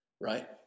right